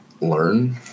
learn